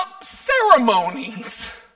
ceremonies